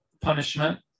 punishment